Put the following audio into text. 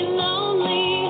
lonely